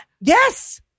Yes